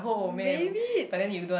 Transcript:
maybe it's